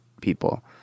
people